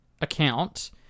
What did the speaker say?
account